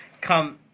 come